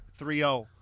30